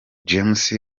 james